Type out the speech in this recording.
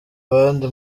abandi